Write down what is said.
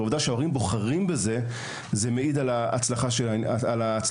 והעובדה שהורים בוחרים בזה מעידה על ההצלחה של העניין,